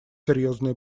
серьезные